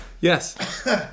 Yes